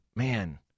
man